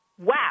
Wow